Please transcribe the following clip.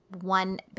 one